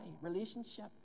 relationship